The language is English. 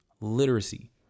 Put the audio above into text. literacy